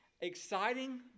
exciting